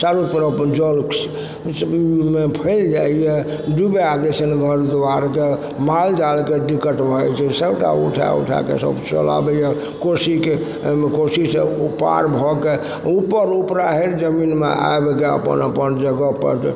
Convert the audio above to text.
चारू तरफ जल जमीनमे फैल जाइए डुबा दै छन्हि घर दुआरके मालजालके दिक्कत भऽ जाइ छै सबटा उठा उठाके सब चल आबइए कोसीके कोसीसँ ओ पार भऽके उपर उपराहैर जमीनमे आबिके अपन अपन जगहपर जे